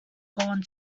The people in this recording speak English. gone